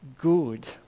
good